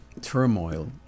turmoil